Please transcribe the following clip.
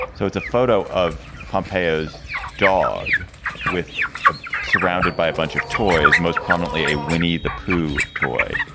so it's a photo of pompeii's dog with a surrounded by a bunch of toys, most prominently a winnie the pooh toy.